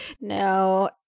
No